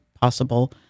possible